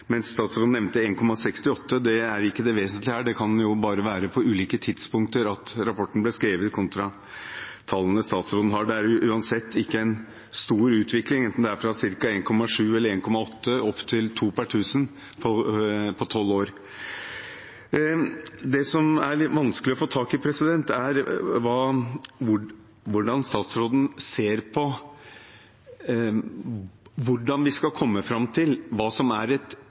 mens statsråden nevnte 1,68. Det er ikke det vesentlige her. De kan jo bare være fra ulike tidspunkter – tallene i rapporten, da den ble skrevet, kontra tallene statsråden har. Det er uansett ikke en stor utvikling enten det er fra ca. 1,7 eller 1,8 opp til to per 1 000 på tolv år. Det som er litt vanskelig å få tak i, er statsrådens syn på hvordan vi skal komme fram til hva som er et